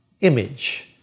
image